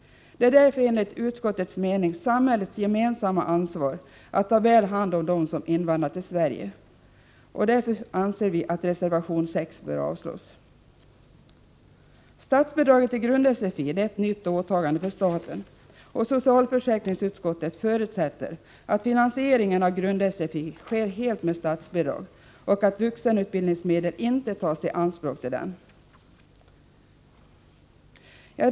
Det är därför enligt utskottets mening samhällets gemensamma ansvar att ta väl hand om dem som invandrar till Sverige. Reservation nr 6 bör därför avslås. Statsbidraget till grund-SFI är ett nytt åtagande för staten, och socialförsäkringsutskottet förutsätter att finansieringen av grund-SFI sker helt med statsbidrag och att vuxenutbildningsmedel inte tas i anspråk till detta.